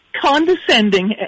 condescending